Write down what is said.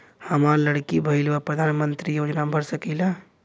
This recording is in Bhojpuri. हमार लड़की भईल बा प्रधानमंत्री योजना भर सकीला?